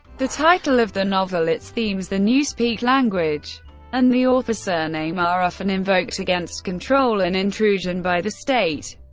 the title of the novel, its themes, the newspeak language and the author's surname are often invoked against control and intrusion by the state,